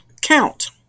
count